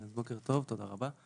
אז בוקר טוב, תודה רבה.